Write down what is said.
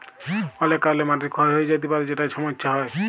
অলেক কারলে মাটি ক্ষয় হঁয়ে য্যাতে পারে যেটায় ছমচ্ছা হ্যয়